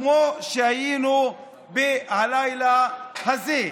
כמו שהיינו בלילה הזה.